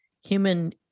human